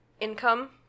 income